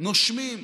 נושמים.